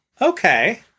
Okay